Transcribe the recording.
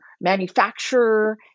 manufacturer